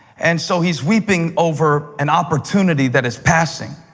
and so he's weeping over an opportunity that is passing.